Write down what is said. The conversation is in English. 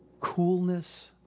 coolness